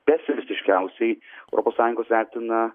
pesimistiškiausiai europos sąjungos vertina